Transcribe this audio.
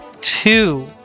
two